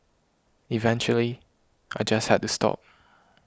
eventually I just had to stop